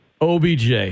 obj